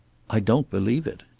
i don't believe it.